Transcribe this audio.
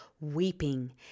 weeping